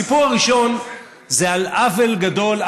הסיפור הראשון זה על עוול גדול,